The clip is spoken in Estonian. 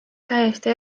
täiesti